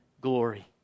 glory